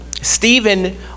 Stephen